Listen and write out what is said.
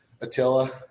Attila